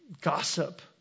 gossip